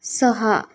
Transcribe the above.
सहा